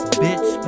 bitch